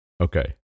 Okay